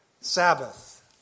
Sabbath